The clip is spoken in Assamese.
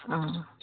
অঁ